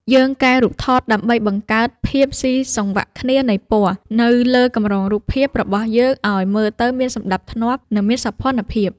យើងកែរូបថតដើម្បីបង្កើតភាពស៊ីសង្វាក់គ្នានៃពណ៌ នៅលើកម្រងរូបភាព របស់យើងឱ្យមើលទៅមានសណ្ដាប់ធ្នាប់ និងមានសោភ័ណភាព។